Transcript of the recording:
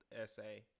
essay